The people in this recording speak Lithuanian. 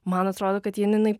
man atrodo kad janinai